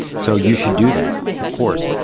so you should do that. of course,